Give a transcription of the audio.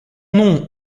non